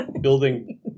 building